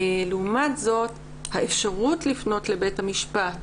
לעומת זאת, לפנות לבית המשפט